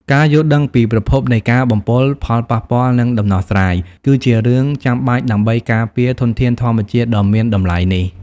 ការយល់ដឹងពីប្រភពនៃការបំពុល ផលប៉ះពាល់ និងដំណោះស្រាយ គឺជារឿងចាំបាច់ដើម្បីការពារធនធានធម្មជាតិដ៏មានតម្លៃនេះ។